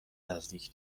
نزدیک